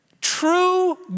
True